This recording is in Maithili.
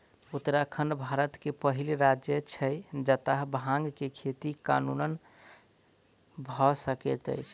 उत्तराखंड भारत के पहिल राज्य छै जतअ भांग के खेती कानूनन भअ सकैत अछि